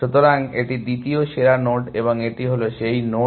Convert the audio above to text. সুতরাং এটি দ্বিতীয় সেরা নোড এবং এটি হল সেই নোড